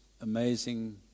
amazing